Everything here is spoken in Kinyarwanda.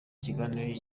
kiganiro